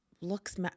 looks